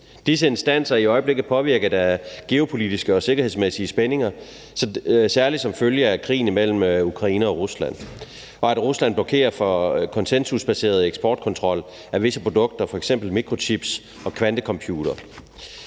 Disse instanser er i øjeblikket påvirket af geopolitiske og sikkerhedsmæssige spændinger, særlig som følge af krigen mellem Ukraine og Rusland, og som følge af at Rusland blokerer for konsensusbaseret eksportkontrol af visse produkter, f.eks. mikrochips og kvantecomputere.